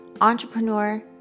entrepreneur